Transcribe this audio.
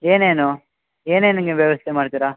ಏನೇನು ಏನೆನು ನೀವು ವ್ಯವಸ್ಥೆ ಮಾಡ್ತೀರ